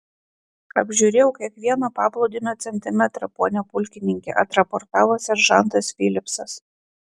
apžiūrėjau kiekvieną paplūdimio centimetrą pone pulkininke atraportavo seržantas filipsas